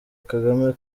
kagame